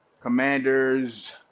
commanders